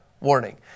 warning